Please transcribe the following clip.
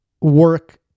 work